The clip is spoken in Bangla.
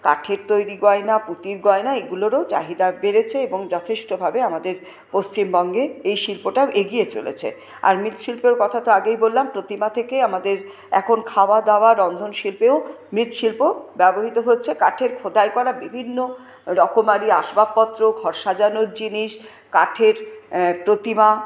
কাঠের তৈরি গয়না পুঁতির গয়না এগুলোরও চাহিদা বেড়েছে এবং যথেষ্টভাবে আমাদের পশ্চিমবঙ্গে এই শিল্পটা এগিয়ে চলেছে আর মৃৎশিল্পর কথা তো আগেই বললাম প্রতিমা থেকে আমাদের এখন খাওয়াদাওয়া রন্ধনশিল্পেও মৃৎশিল্প ব্যবহৃত হচ্ছে কাঠের খোদাই করা বিভিন্ন রকমারি আসবাবপত্র ঘর সাজানোর জিনিস কাঠের প্রতিমা